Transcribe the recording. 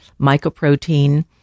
mycoprotein